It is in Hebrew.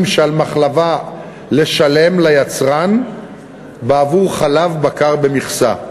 שעל מחלבה לשלם ליצרן בעבור חלב בקר במכסה,